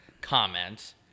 comments